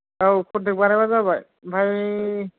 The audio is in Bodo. औ खनथेख बानायबानो जाबाय ओमफ्राय